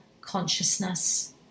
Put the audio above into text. consciousness